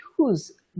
use